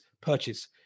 purchase